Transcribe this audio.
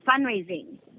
fundraising